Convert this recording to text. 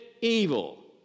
evil